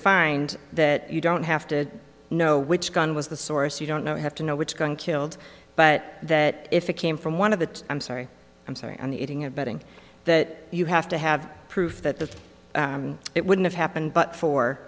find that you don't have to know which gun was the source you don't know you have to know which one killed but that if it came from one of the i'm sorry i'm sorry i'm eating a betting that you have to have proof that the it wouldn't have happened but for